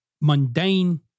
mundane